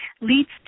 leads